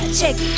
check